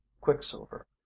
quicksilver